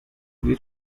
did